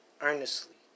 earnestly